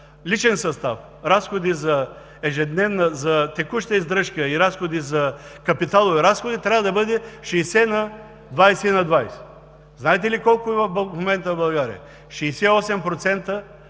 личен състав, разходи за текуща издръжка и за капиталови разходи трябва да бъде 60 на 20 на 20. Знаете ли колко е в момента в България –